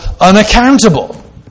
unaccountable